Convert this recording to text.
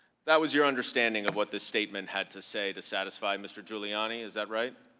that was your understanding of what this statement had to say to satisfy mr. giuliani? is that right?